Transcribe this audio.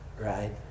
right